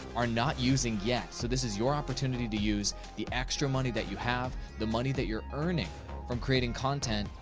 are not using yet. so this is your opportunity to use the extra money that you have, the money that you're earning from creating content,